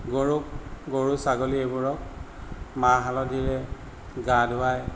গৰুক গৰু ছাগলী এইবোৰক মাহ হালধিৰে গা ধুৱায়